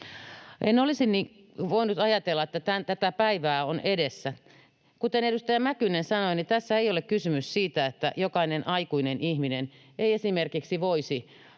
En olisi voinut ajatella, että tämä päivä on edessä. Kuten edustaja Mäkynen sanoi, tässä ei ole kysymys siitä, että jokainen aikuinen ihminen ei esimerkiksi voisi